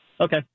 Okay